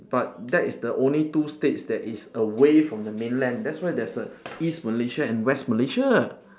but that is the only two states that is away from the mainland that's why there's a east malaysia and west malaysia